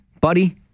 buddy